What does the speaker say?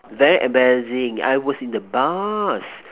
very embarrassing I was in the bus